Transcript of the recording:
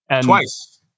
twice